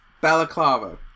Balaclava